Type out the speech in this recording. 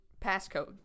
passcode